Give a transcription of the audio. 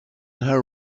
her